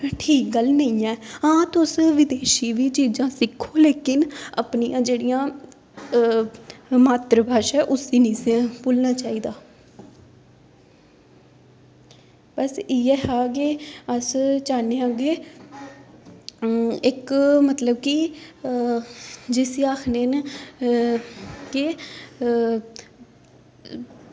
ठीक गल्ल नेईं ऐ हां तुस बदेशी बी चीज़ां सिक्खो लेकिन अपनियां जेह्ड़ियां मात्तर भाशा उसी निं भुल्लना चाहिदा बस इ'यै हा के अस चाह्न्ने आं के इक मतलब कि जिसी आखने न के